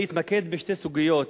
אני אתמקד בשתי סוגיות.